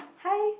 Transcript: high